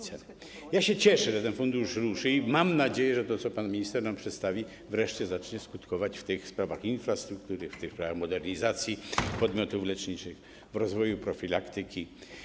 Cieszę się, że ten fundusz już ruszy, i mam nadzieję, że to, co pan minister nam przedstawił, wreszcie zacznie skutkować - w sprawach infrastruktury, w sprawach modernizacji podmiotów leczniczych, w rozwoju profilaktyki.